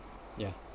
yeah